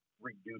reduce